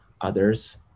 others